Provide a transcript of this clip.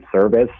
service